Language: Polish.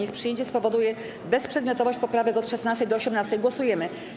Ich przyjęcie spowoduje bezprzedmiotowość poprawek od 16. do 18. Głosujemy.